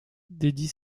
dédie